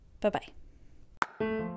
bye-bye